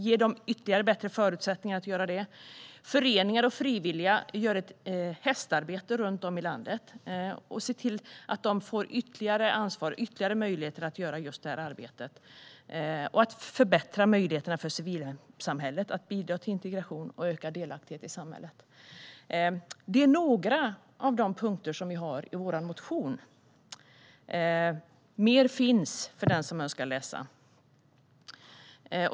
Ge dem ytterligare bättre förutsättningar att göra det! Föreningar och frivilliga gör ett hästarbete runt om i landet. Se till att de får ytterligare ansvar och ytterligare möjligheter att göra just det arbetet! Förbättra möjligheterna för civilsamhället att bidra till integration och ökad delaktighet i samhället! Det är några av de punkter som vi har i vår motion. Mer finns för den som önskar läsa.